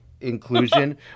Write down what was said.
inclusion